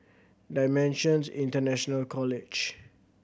Dimensions International College